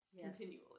continually